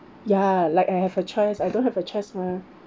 ya like I have a choice I don't have a choice mah